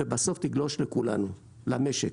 ובסוף תגלוש לכולנו, למשק.